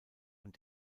und